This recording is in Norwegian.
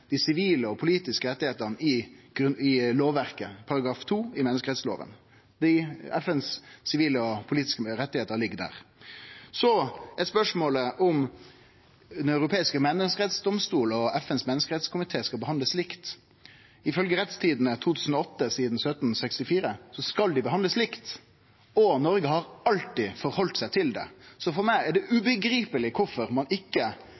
dei sivile og politiske rettane i lovverket, § 2 i menneskerettslova. FNs sivile og politiske rettar ligg der. Så er spørsmålet om Den europeiske menneskerettsdomstolen og FNs menneskerettskomité skal behandlast likt. Ifølgje Rettstidende 2008 side 1764 skal dei behandlast likt, og Noreg har alltid halde seg til det. Så for meg er det ubegripelig kvifor ein ikkje